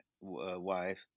wife